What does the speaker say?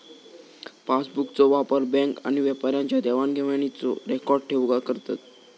पासबुकचो वापर बॅन्क आणि व्यापाऱ्यांच्या देवाण घेवाणीचो रेकॉर्ड ठेऊक करतत